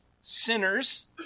sinners